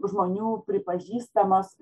žmonių pripažįstamos